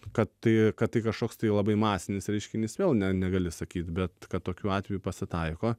kad tai kad tai kažkoks tai labai masinis reiškinys vėl ne negali sakyt bet kad tokių atvejų pasitaiko